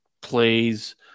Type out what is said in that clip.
plays